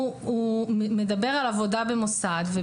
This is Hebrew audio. הוא מדבר על עבודה במוסד.